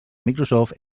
microsoft